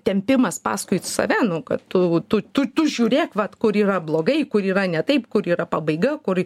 tempimas paskui save nu kad tu tu tu tu žiūrėk vat kur yra blogai kur yra ne taip kur yra pabaiga kur